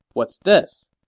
what's this?